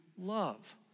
love